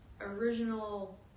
original